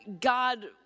God